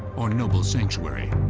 or noble sanctuary.